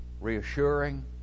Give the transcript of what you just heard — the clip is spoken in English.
reassuring